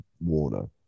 Warner